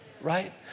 Right